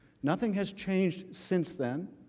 nothing has changed since then.